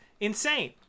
Insane